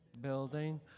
building